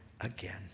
again